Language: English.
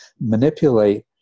manipulate